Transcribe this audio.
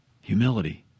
humility